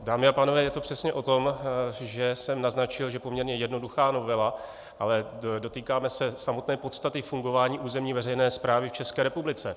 Dámy a pánové, je to přesně o tom, že jsem naznačil, že poměrně jednoduchá novela, ale dotýkáme se samotné podstaty fungování územní veřejné správy v České republice.